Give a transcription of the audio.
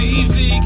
easy